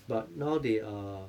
but now they are